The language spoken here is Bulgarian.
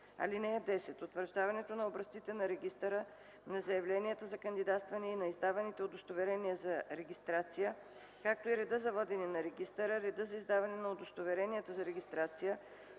(10) Утвърждаването на образците на регистъра, на заявленията за кандидатстване и на издаваните удостоверения за регистрация, както и редът за водене на регистъра, редът за издаване на удостоверенията за регистрация,